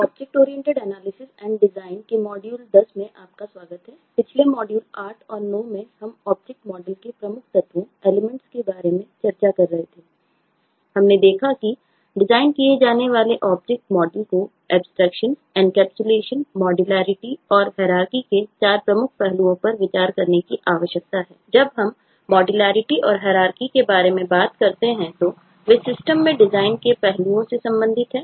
object oriented analysis and design के बारे में बात करते हैं तो वे सिस्टम में डिज़ाइन के पहलुओं से संबंधित होते हैं